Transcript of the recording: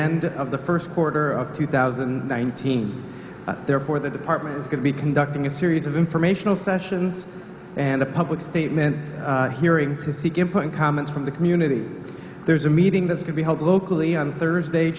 end of the first quarter of two thousand and nineteen therefore the department is going to be conducting a series of informational sessions and a public statement hearing to seek input comments from the community there's a meeting that's could be held locally on thursday